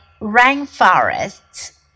rainforests